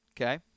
Okay